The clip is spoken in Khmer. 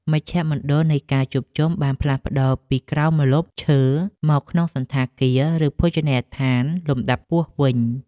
មជ្ឈមណ្ឌលនៃការជួបជុំបានផ្លាស់ប្តូរពីក្រោមម្លប់ឈើមកក្នុងសណ្ឋាគារ ឬភោជនីយដ្ឋានលំដាប់ខ្ពស់វិញ។